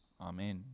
Amen